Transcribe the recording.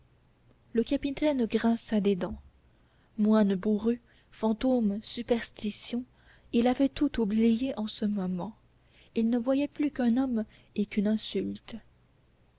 le capitaine grinça des dents moine bourru fantôme superstitions il avait tout oublié en ce moment il ne voyait plus qu'un homme et qu'une insulte